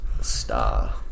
star